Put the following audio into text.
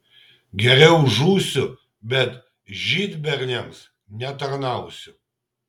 geriau žūsiu bet žydberniams netarnausiu